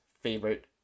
favorite